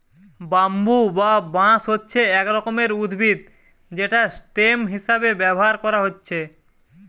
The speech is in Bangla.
ব্যাম্বু বা বাঁশ হচ্ছে এক রকমের উদ্ভিদ যেটা স্টেম হিসাবে ব্যাভার কোরা হচ্ছে